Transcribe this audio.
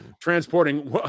transporting